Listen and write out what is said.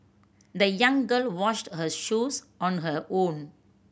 the young girl washed her shoes on her own